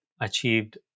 achieved